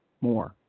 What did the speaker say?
more